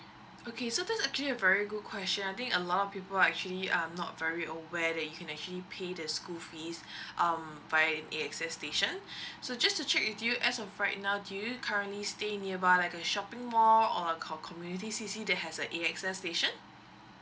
okay so this is actually a very good question I think a lot of people are actually um not very aware that you can actually pay the school fees um by A_X_S station so just to check with you as of right now do you currently staying nearby like to shopping mall or a con~ community C_C that has a A_X_S station